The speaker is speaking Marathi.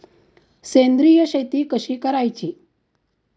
सेंद्रिय शेती कशी करायची?